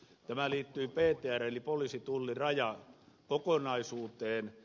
tämä liittyy ptr eli poliisi tulli ja rajakokonaisuuteen